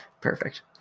Perfect